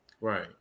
Right